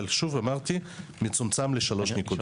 כפי שאמרתי, מצומצם לשלוש נקודות.